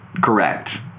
Correct